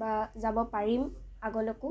বা যাব পাৰিম আগলৈকো